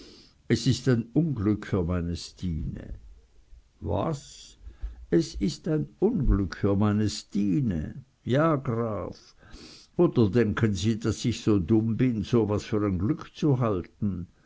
es ist ein unglück für meine stine was es is ein unglück für meine stine ja graf oder denken sie daß ich so dumm bin so was für n glück zu halten